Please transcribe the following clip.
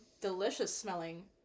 delicious-smelling